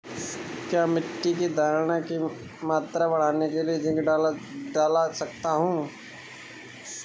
क्या मिट्टी की धरण की मात्रा बढ़ाने के लिए जिंक डाल सकता हूँ?